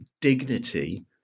dignity